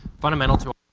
fundamental to